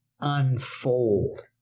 unfold